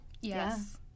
Yes